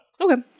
Okay